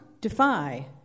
Defy